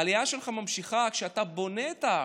העלייה שלך ממשיכה כשאתה בונה את הארץ.